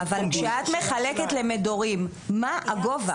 כשאת מחלקת למדורים, מה הגובה?